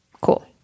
Cool